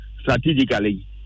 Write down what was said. strategically